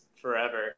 forever